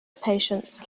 patience